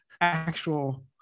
actual